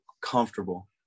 comfortable